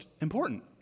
important